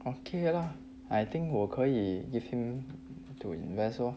okay lah I think 我可以 give him to invest lor